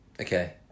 okay